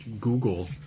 Google